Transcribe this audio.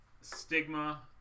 stigma